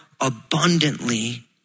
abundantly